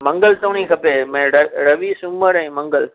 मंगल ताईं खपे मैड रवि सूमर ऐं मंगल